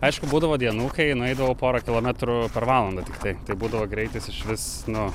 aišku būdavo dienų kai nueidavau porą kilometrų per valandą tiktai tai būdavo greitis išvis nu